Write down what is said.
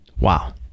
Wow